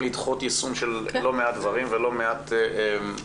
לדחות יישום של לא מעט דברים ולא מעט חוקים.